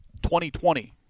2020